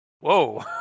whoa